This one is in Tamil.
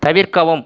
தவிர்க்கவும்